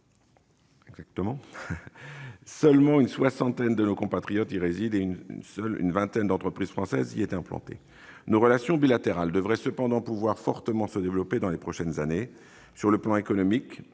par l'histoire ! Une soixantaine de nos compatriotes seulement y résident et une vingtaine d'entreprises françaises y sont implantées. Les relations bilatérales devraient cependant pouvoir fortement se développer dans les prochaines années. Sur le plan économique,